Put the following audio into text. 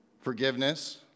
Forgiveness